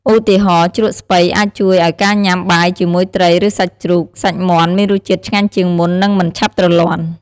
ឧទាហរណ៍ ជ្រក់ស្ពៃ អាចជួយឲ្យការញ៉ាំបាយជាមួយត្រី ឬសាច់ជ្រូក សាច់មាន់មានរសជាតិឆ្ងាញ់ជាងមុន និងមិនឆាប់ទ្រលាន់។